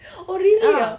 oh really ah